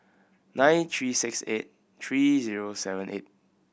nine three six eight three zero seven eight